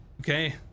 Okay